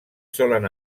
solen